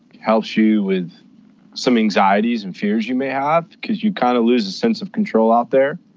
helps you with some anxieties and fears you may have, because you kind of lose a sense of control out there.